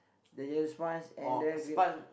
the yellow sponge and the g~